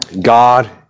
God